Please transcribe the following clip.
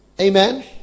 amen